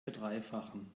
verdreifachen